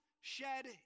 shed